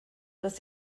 dass